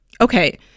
Okay